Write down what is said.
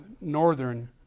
northern